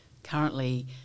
Currently